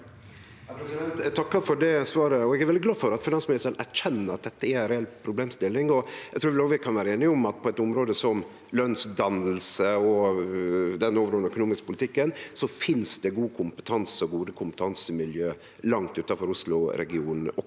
takkar for svar- et. Eg er veldig glad for at finansministeren erkjenner at dette er ei reell problemstilling. Eg trur vel òg vi kan vere einige om at på eit område som lønsdanning og i den overordna økonomiske politikken finst det god kompetanse og gode kompetansemiljø langt utanfor Oslo-regionen